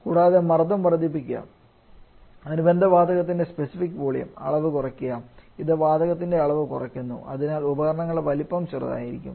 കൂടാതെ മർദ്ദം വർദ്ധിപ്പിക്കുക അനുബന്ധ വാതകത്തിന്റെ സ്പെസിഫിക് വോളിയം അളവ് കുറയ്ക്കുക അത് വാതകത്തിന്റെ അളവ് കുറയ്ക്കുന്നു അതിനാൽ ഉപകരണങ്ങളുടെ വലുപ്പം ചെറുതായിരിക്കും